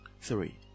Three